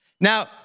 Now